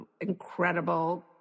incredible